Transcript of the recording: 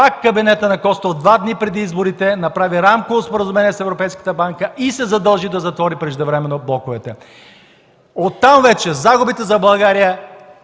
пак Кабинетът на Костов, два дни преди изборите, направи Рамково споразумение с Европейската банка и се задължи да затвори преждевременно блоковете. Оттам вече загубите за България